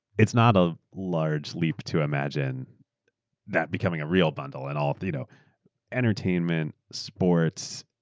it's not a large leap to imagine that becoming a real bundle in all of you know entertainment, sports,